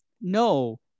No